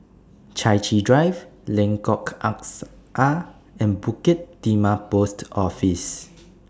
Chai Chee Drive Lengkok Angsa and Bukit Timah Post Office